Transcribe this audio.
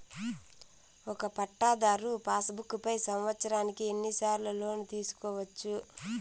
ఒక పట్టాధారు passbook పై సంవత్సరానికి ఎన్ని సార్లు లోను తీసుకోవచ్చు?